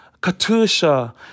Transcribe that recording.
Katusha